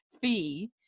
fee